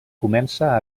comença